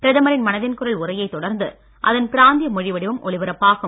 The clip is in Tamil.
பிரதமரின் மனதின் குரல் உரையைத் தொடர்ந்து அதன் பிராந்திய மொழி வடிவம் ஒலிபரப்பாகும்